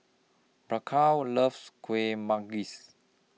Bianca loves Kueh Manggis